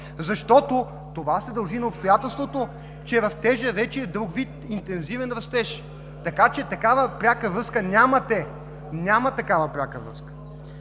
вече. Това се дължи на обстоятелството, че растежът е вече друг вид интензивен растеж. Така че няма такава пряка връзка. Няма такава пряка връзка.